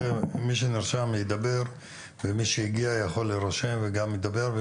מי שנרשם ידבר ומי שהגיע יכול להירשם וגם ידבר.